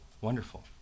Wonderful